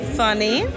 funny